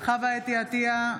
חוה אתי עטייה,